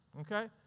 okay